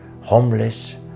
homeless